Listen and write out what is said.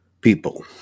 people